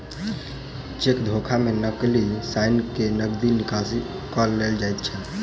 cheque धोखा मे नकली साइन क के नगदी निकासी क लेल जाइत छै